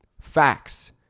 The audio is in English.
Facts